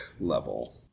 level